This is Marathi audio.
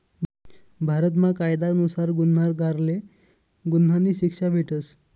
भारतमा कायदा नुसार गुन्हागारले गुन्हानी शिक्षा भेटस